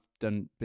done